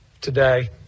today